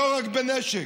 ולא רק בנשק,